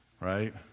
right